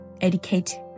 educate